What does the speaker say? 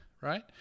right